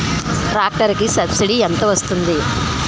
Tractor కి subsidy ఎంత వస్తుంది?